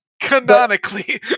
Canonically